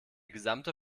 gesamte